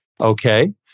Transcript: okay